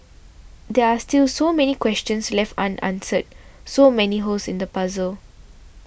there are still so many questions left unanswered so many holes in the puzzle